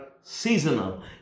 seasonal